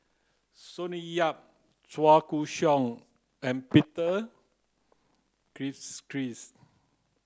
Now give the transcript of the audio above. Sonny Yap Chua Koon Siong and Peter Gilchrist